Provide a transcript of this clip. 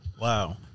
Wow